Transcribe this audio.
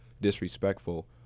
disrespectful